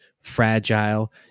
fragile